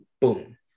Boom